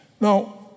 Now